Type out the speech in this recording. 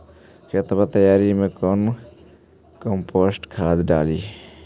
खेत तैयारी मे कौन कम्पोस्ट खाद डाली?